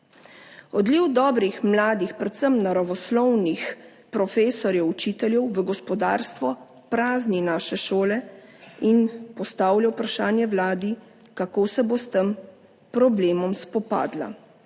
Odliv dobrih, mladih, predvsem naravoslovnih profesorjev, učiteljev v gospodarstvo, prazni naše šole in postavlja vprašanje Vladi, kako se bo s tem problemom spopadla.